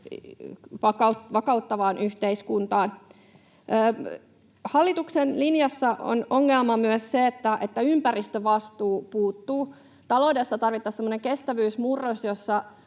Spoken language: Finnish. vakauttavaan yhteiskuntaan. Hallituksen linjassa on ongelma myös se, että ympäristövastuu puuttuu. Taloudessa tarvittaisiin semmoinen kestävyysmurros, jossa